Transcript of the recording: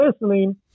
listening